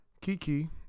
Kiki